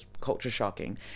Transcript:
culture-shocking